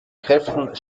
kräften